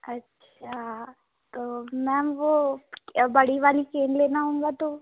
अच्छा तो मैम वो बड़ी वाली केन लेना होगा तो